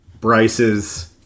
Bryce's